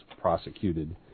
prosecuted